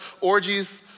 Orgies